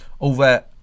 over